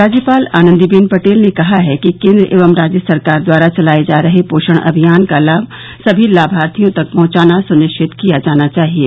राज्यपाल आनन्दीबेन पटेल ने कहा है कि केन्द्र एवं राज्य सरकार द्वारा चलाये जा रहे पोषण अभियान का लाभ सभी लाभार्थियों तक पहुंचना सुनिश्चित किया जाना चाहिये